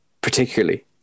particularly